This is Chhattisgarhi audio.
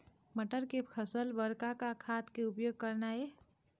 मटर के फसल बर का का खाद के उपयोग करना ये?